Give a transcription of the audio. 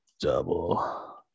Double